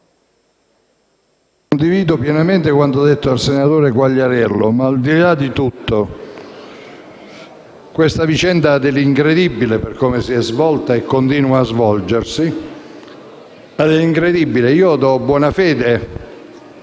condivido pienamente quanto detto dal senatore Quagliariello. Al di là di tutto, questa vicenda ha dell'incredibile per come si è svolta e continua a svolgersi. Io do per